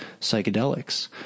psychedelics